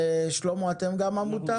ושלמה אתם גם עמותה?